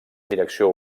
direcció